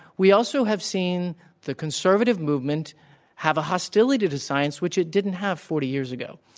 we also have seen the conservative movement have a hostility to science which it didn't have forty years ago.